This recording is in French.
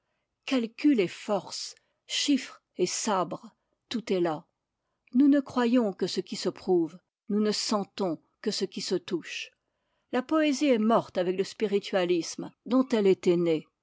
calcul et force chiffre et sabre tout est là nous ne croyons que ce qui se prouve nous ne sentons que ce qui se touche la poésie est morte avec le spiritualisme dont elle était née